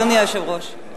אדוני היושב-ראש.